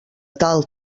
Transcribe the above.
tal